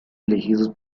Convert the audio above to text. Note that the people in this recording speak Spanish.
elegidos